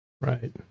Right